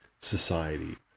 society